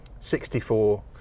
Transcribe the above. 64